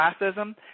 classism